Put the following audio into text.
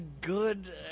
good